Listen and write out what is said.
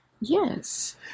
yes